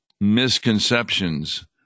misconceptions